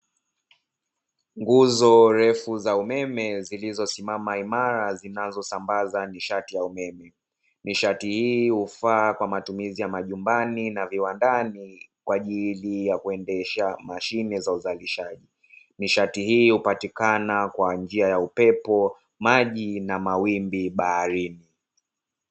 Nguo refu za umeme zilizosimama imara zinazosambaza nishati ya umeme. nishati hii hufaa kwa matumizi ya nyumbani na viwandani, kwa ajili ya kuendesha mashine za uzalishaji. Nishati hii hupatikana kwa njia ya upepo, maji na mawimbi baharini.